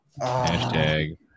#Hashtag